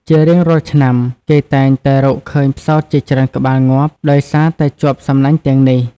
ជារៀងរាល់ឆ្នាំ គេតែងតែរកឃើញផ្សោតជាច្រើនក្បាលងាប់ ដោយសារតែជាប់សំណាញ់ទាំងនេះ។